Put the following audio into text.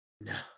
No